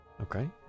Okay